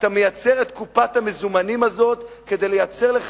אתה מייצר את קופת המזומנים הזאת כדי לייצר לך